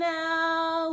now